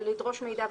לדרוש מידע,